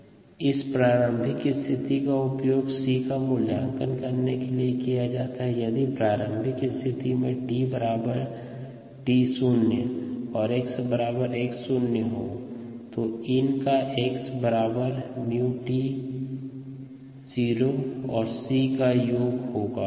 dxxμdt ln x μtc इस प्रारंभिक स्थिति का उपयोग c का मूल्यांकन करने के लिए किया जा सकता है यदि प्रारंभिक स्थिति में समय t बराबर t0 और x बराबर x0 हो तो ln का x बराबर 𝜇 𝑡0 और c का योग होगा